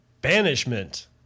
Banishment